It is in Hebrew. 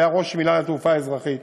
שהיה ראש מינהל התעופה האזרחית